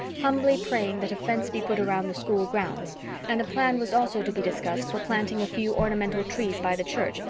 humbly praying that a fence be put around the school grounds and a plan was also to be discussed for planting a few ornamental trees by the church,